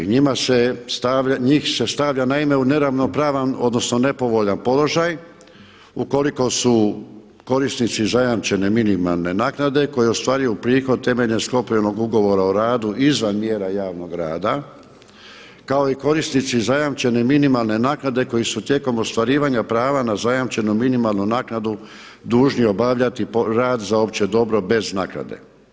Njih se stavlja naime u neravnopravan odnosno nepovoljan položaj ukoliko su korisnici zajamčene minimalne naknade koji ostvaruju prihod temeljem sklopljenog ugovora o radu izvan mjera javnog rada kao i korisnici zajamčene minimalne naknade koji su tijekom ostvarivanja prava na zajamčenu minimalnu naknadu dužni obavljati rad za opće dobro bez naknade.